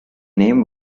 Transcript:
name